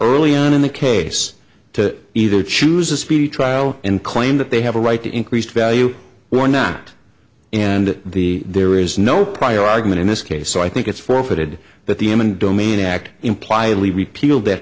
early on in the case to either choose a speedy trial and claim that they have a right to increased value or not and the there is no prior argument in this case so i think it's forfeited that the eminent domain act impliedly repealed that